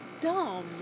dumb